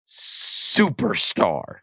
superstar